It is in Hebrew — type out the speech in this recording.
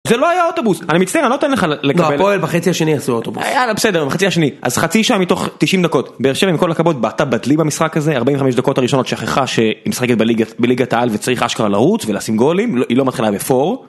זה לא היה אוטובוס, אני מצטער, אני לא אתן לך לקבל... נו, הפועל בחצי השני עשו אוטובוס. יאללה, בסדר, בחצי השני. אז חצי שעה מתוך 90 דקות, באר שבע עם כל הכבוד, בעטה בדלי במשחק הזה, 45 דקות הראשונות שכחה שהיא משחקת בליגת העל וצריך אשכרה לרוץ ולשים גולים, היא לא מתחילה בפור.